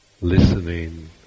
Listening